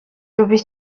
rubi